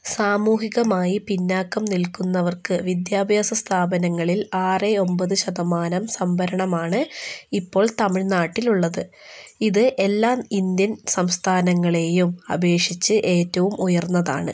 സാമൂഹികമായി പിന്നോക്കം നിൽക്കുന്നവർക്ക് വിദ്യാഭ്യാസ സ്ഥാപനങ്ങളിൽ ആറ് ഒൻപത് ശതമാനം സംവരണമാണ് ഇപ്പോൾ തമിഴ്നാട്ടിൽ ഉള്ളത് ഇത് എല്ലാ ഇന്ത്യൻ സംസ്ഥാനങ്ങളെയും അപേക്ഷിച്ച് ഏറ്റവും ഉയർന്നതാണ്